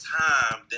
time